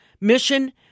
mission